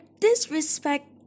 disrespect